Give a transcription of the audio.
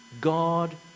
God